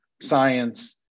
science